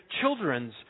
children's